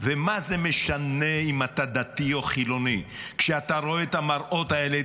ומה זה משנה אם אתה דתי או חילוני כשאתה רואה את המראות האלה,